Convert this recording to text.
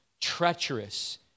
treacherous